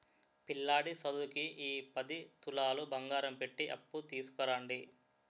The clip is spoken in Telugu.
పిల్లాడి సదువుకి ఈ పది తులాలు బంగారం పెట్టి అప్పు తీసుకురండి